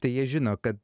tai jie žino kad